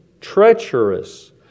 treacherous